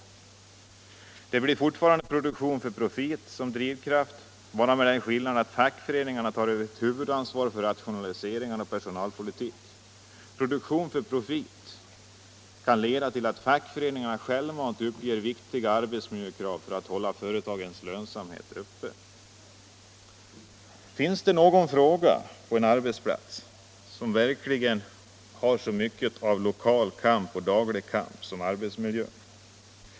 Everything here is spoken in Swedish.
Drivkraften blir fortfarande produktion för profit, bara med den skillnaden att fackföreningarna tar huvudansvaret för rationaliseringar och personalpolitik. Produktion för profit kan leda till att fackföreningarna självmant uppger viktiga arbetsmiljökrav för att hålla företagens lönsamhet uppe. Finns det någon fråga på en arbetsplats som verkligen har så mycket av lokal och daglig kamp som arbetsmiljön?